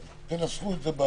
נסחו את זה.